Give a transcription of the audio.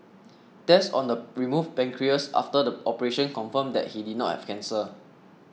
tests on the removed pancreas after the operation confirmed that he did not have cancer